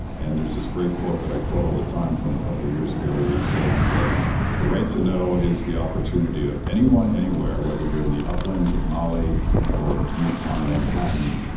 and there's this great quote that i quote all the time from a couple years ago, where he says that the right to know is the opportunity of anyone, anywhere, whether you're in the uplands of mali or midtown manhattan,